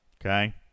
Okay